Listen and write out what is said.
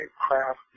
craft